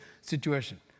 situation